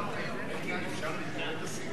עבדי התקנון אנחנו.